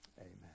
amen